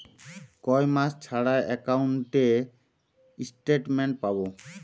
কয় মাস ছাড়া একাউন্টে স্টেটমেন্ট পাব?